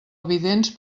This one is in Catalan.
evidents